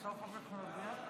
ההצעה להעביר את